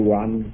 one